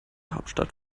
hauptstadt